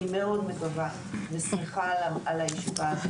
אני מאוד שמחה על הישיבה הזאת,